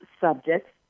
subjects